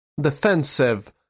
defensive